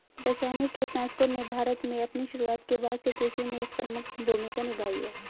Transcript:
रासायनिक कीटनाशकों ने भारत में अपनी शुरुआत के बाद से कृषि में एक प्रमुख भूमिका निभाई है